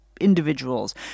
individuals